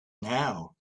now